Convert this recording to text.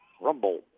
Rumble